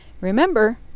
Remember